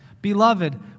Beloved